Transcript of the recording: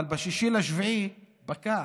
אבל ב-6 ביולי פקע.